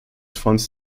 fonds